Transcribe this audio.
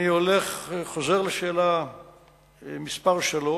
לשאלה מס' 3,